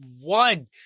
One